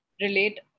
relate